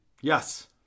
Yes